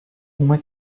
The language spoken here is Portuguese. uma